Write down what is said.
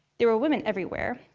there were women everywhere.